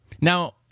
Now